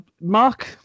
Mark